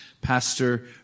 Pastor